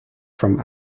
from